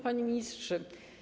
Panie Ministrze!